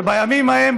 וכפי שבימים ההם,